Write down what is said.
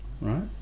right